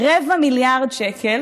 רבע מיליארד שקל